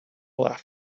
left